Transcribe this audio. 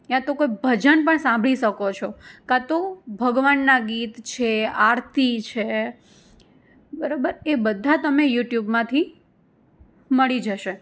યા તો કોઈ ભજન પણ સાંભળી શકો છો કાં તો ભગવાનના ગીત છે આરતી છે બરાબર એ બધા તમે યુટ્યુબમાંથી મળી જશે